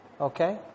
Okay